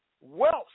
wealth